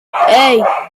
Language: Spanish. hey